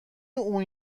اون